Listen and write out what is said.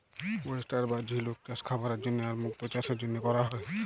oyster বা ঝিলুক চাস খাবারের জন্হে আর মুক্ত চাসের জনহে ক্যরা হ্যয়ে